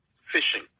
fishing